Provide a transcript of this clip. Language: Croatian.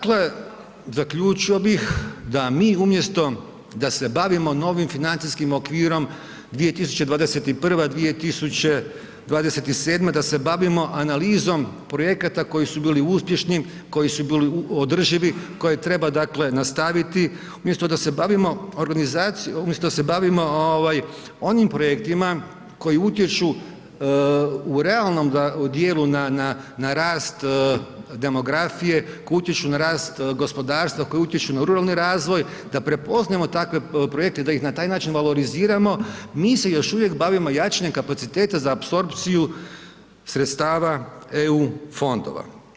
Dakle, zaključio bih da mi umjesto da se bavimo novim financijskim okvirom 2021.—2027., da se bavimo analizom projekata koji su bili uspješni, koji su bili održivi, koje treba nastaviti, umjesto da se bavimo organizacijom, umjesto da se bavimo onim projektima koji utječu u realnom djelu na rast demografije, koji utječu na rast gospodarstava, koji utječu na ruralni razvoj, da prepoznajemo takve projekte, da ih na taj način valoriziramo, mi se još uvijek bavimo jačanjem kapaciteta za apsorpciju sredstava EU fondova.